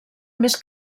més